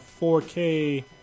4K